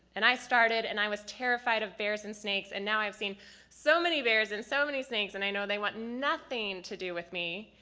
and i started and i was terrified of bears and snakes and now i've seen so many bears and so many snakes and i know they want nothing to do with me.